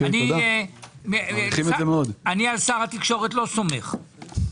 אני לא סומך על שר התקשורת,